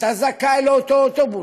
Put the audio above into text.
אתה זכאי לאותו אוטובוס,